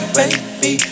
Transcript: baby